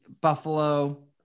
Buffalo